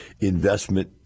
investment